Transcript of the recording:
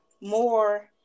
more